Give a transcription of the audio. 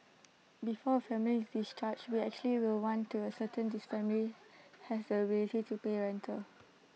before A family is discharged we actually will want to ascertain this family has the ability to pay rental